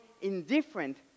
indifferent